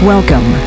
Welcome